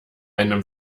einem